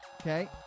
Okay